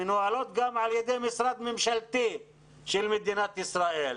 מנוהלים גם על ידי משרד ממשלתי של מדינת ישראל,